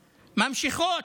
נמשכות.